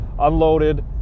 unloaded